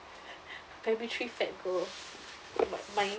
primary three fat girl my